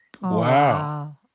Wow